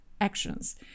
actions